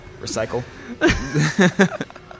Recycle